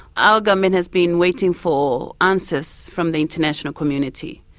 our government has been waiting for answers from the international community.